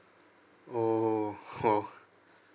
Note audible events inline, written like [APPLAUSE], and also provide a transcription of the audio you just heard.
orh [LAUGHS]